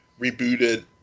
rebooted